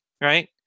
right